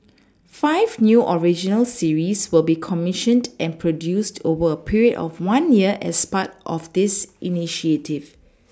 five new original series will be comMissioned and produced over a period of one year as part of this initiative